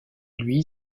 lui